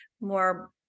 more